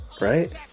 right